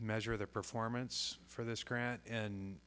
measure their performance for this grant